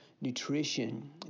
nutrition